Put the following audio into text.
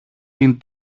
την